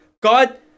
God